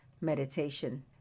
meditation